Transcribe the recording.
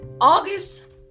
August